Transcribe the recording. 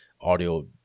audio